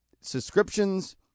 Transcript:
subscriptions